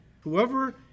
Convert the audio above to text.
Whoever